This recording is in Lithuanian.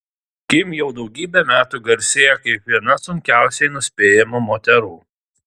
kim jau daugybę metų garsėja kaip viena sunkiausiai nuspėjamų moterų